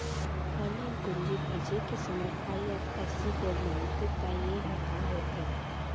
Online पूंजी भेजे के समय आई.एफ.एस.सी कोड माँगथे त ये ह का होथे?